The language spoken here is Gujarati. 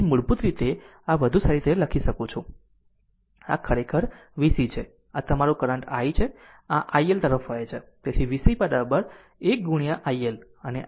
તેથી મૂળભૂત રીતે આ i વધુ સારી રીતે લખી શકું છું આ ખરેખર vc છે અને તે તમારું કરંટ છે i તમારી i L આ તરફ વહે છે